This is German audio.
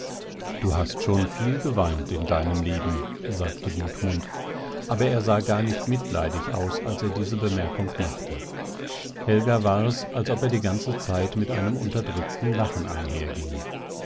du hast schon viel geweint in deinem leben sagte gudmund aber sah gar nicht mitleidig aus als er diese bemerkung machte helga war es als ob er die ganze zeit mit einem unterdrückten lachen